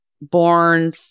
born